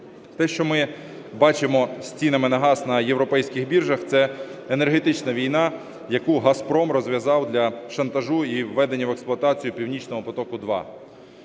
Те, що ми бачимо з цінами на газ на європейських біржах – це енергетична війна, яку Газпром розв'язав для шантажу і введення в експлуатацію "Північного потоку-2".